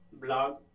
blog